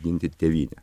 ginti tėvynę